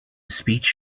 speech